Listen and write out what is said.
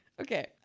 okay